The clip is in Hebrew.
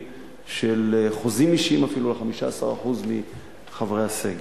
של חוזים אישיים אפילו ל-15% מחברי הסגל.